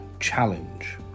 challenge